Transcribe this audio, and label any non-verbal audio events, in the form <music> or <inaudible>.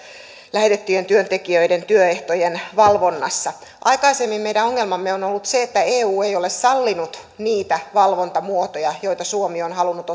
lähetettyjen työntekijöiden työehtojen valvonnassa aikaisemmin meidän ongelmamme on on ollut se että eu ei ole sallinut niitä valvontamuotoja joita suomi on halunnut <unintelligible>